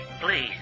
Please